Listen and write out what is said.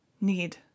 need